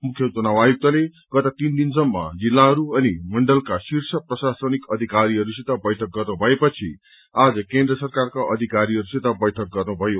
मुख्य चुनाव आयुक्तले गत तीन दिनसम्म जिल्लाहरू अनि मण्डलका शीर्ष प्रशासनिक अधिकारीहरूसित बैठक गर्नु भए पछि आज केन्द्र सरकारका अधिकारीहरूसित बैठक गर्नुभयो